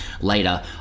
later